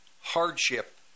hardship